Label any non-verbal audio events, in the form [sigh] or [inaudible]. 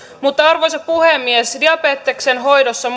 mutta arvoisa puhemies diabeteksen hoidossa [unintelligible]